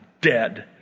dead